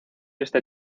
este